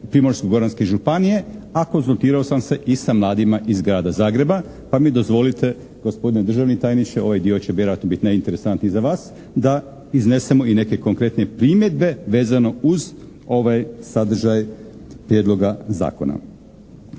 Primorsko-Goranske županije a konzultirao sam se i sa mladima iz grada Zagreba pa mi dozvolite gospodine državni tajniče ovaj dio će vjerojatno biti najinteresantniji za vas da iznesemo i neke konkretne primjedbe vezano uz ovaj sadržaj Prijedloga zakona.